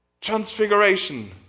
Transfiguration